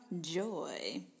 joy